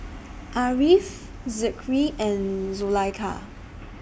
Ariff Zikri and Zulaikha